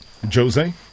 Jose